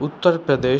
Uttar Pradesh